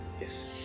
Yes